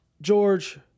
George